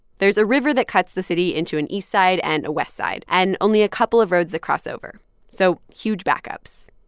there's a river that cuts the city into an east side and a west side and only a couple of roads that cross over so huge backups.